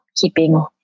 keeping